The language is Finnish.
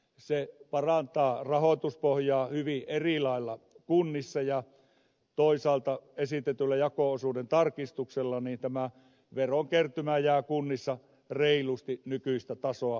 se parantaa rahoituspohjaa hyvin eri lailla kunnissa ja toisaalta esitetyllä jako osuuden tarkistuksella tämä verokertymä jää kunnissa reilusti nykyistä tasoa alemmaksi